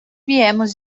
viemos